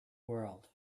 world